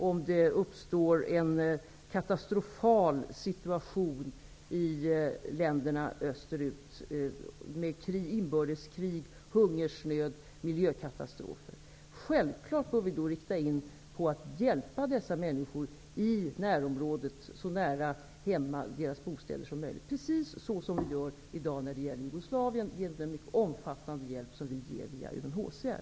Om det uppstår en katastrofal situation i länderna österut, med inbördeskrig, hungersnöd eller miljökatastrofer, bör vi självklart rikta in oss på att hjälpa dessa människor i närområdet, så nära deras bostäder som möjligt. Det är precis så vi gör i dag när det gäller Jugoslavien. Det är egentligen en mycket omfattande hjälp som vi ger via UNHCR.